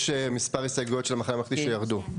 יש מספר הסתייגויות של "מחנה הממלכתי" שירדו.